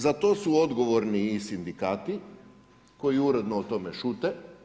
Za to su odgovorni i sindikati, koji uredno o tome šute.